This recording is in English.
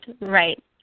right